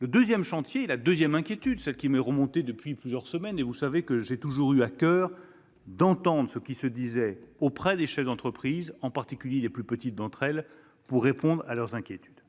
Une deuxième inquiétude m'est relayée depuis plusieurs semaines- vous savez que j'ai toujours eu à coeur d'entendre ce qui se disait auprès des chefs d'entreprise, en particulier des plus petites d'entre elles, pour répondre à leurs inquiétudes